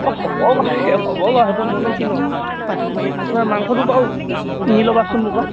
অঁ হ'ব বাৰু হ'ব বাৰু সেইটো মোৰনো কিনো আৰু তুমি প্ৰথমে মাংসটো বাৰু নি ল'বাচোন মোৰ পৰা